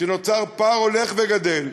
ונוצר פער הולך וגדל,